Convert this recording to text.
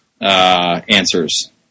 answers